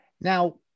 now